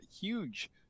huge